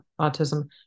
autism